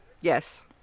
Yes